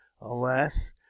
Alas